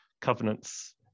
covenants